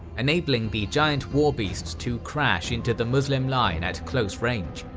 enabling the giant war beasts to crash into the muslim line at close range.